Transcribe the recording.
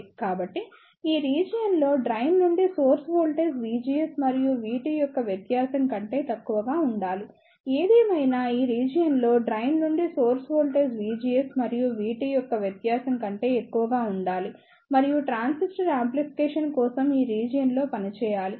కాబట్టి ఈ రీజియన్ లో డ్రైన్ నుండి సోర్స్ వోల్టేజ్ VGS మరియు VT యొక్క వ్యత్యాసం కంటే తక్కువగా ఉండాలి ఏదేమైనా ఈ రీజియన్ లో డ్రైన్ నుండి సోర్స్ వోల్టేజ్ VGS మరియు VT యొక్క వ్యత్యాసం కంటే ఎక్కువగా ఉండాలి మరియు ట్రాన్సిస్టర్ యాంప్లిఫికేషన్ కోసం ఈ రీజియన్ లో పనిచేయాలి